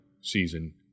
season